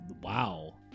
Wow